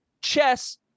chess